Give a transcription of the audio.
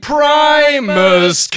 Primus